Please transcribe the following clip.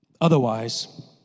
Otherwise